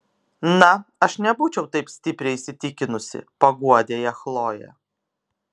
na aš nebūčiau taip stipriai įsitikinusi paguodė ją chlojė